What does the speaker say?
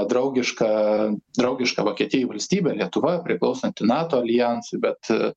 draugiška draugiška vokietijai valstybė lietuva priklausanti nato aljansui bet